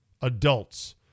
adults